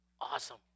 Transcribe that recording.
Awesome